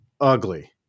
ugly